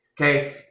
Okay